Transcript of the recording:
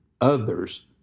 others